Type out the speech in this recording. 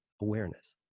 awareness